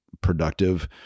productive